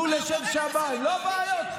הוא לשם שמיים, לא בעיות.